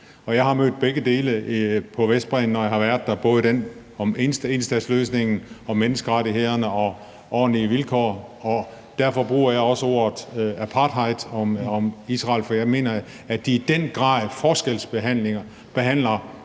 jeg har været der – både om enstatsløsningen og om menneskerettighederne og ordentlige vilkår. Og derfor bruger jeg også ordet apartheid om Israels fremgangsmåde, for jeg mener, at de i den grad forskelsbehandler